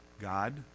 God